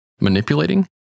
manipulating